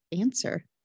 answer